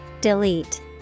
delete